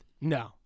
no